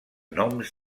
noms